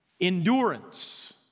endurance